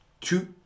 two